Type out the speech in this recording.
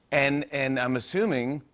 and and i'm assuming,